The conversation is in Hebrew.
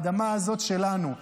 האדמה הזאת שלנו,